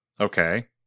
Okay